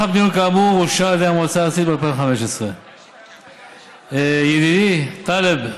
המדיניות כאמור אושר על ידי המועצה הארצית בשנת 2015. ידידי טלב,